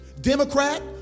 Democrat